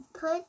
put